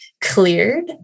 cleared